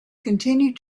continued